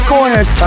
Corners